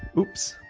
oops.